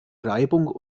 reibung